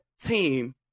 team